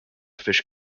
fish